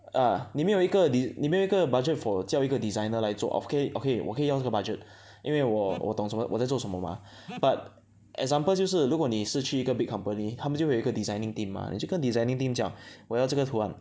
ah 你没有一个你你没有一个 budget for 叫一个 designer 来做我我可以我可以我可以要这个 budget 因为我我懂什么我在做什么吗 but example 就是如果你是去一个 big company 他们就会有一个 designing team mah 你就跟 designing team 讲我要这个图案